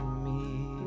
me